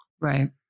Right